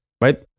Right